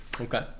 okay